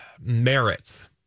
merits